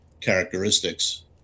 characteristics